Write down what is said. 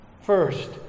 First